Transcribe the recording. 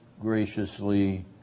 graciously